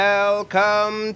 Welcome